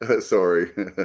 Sorry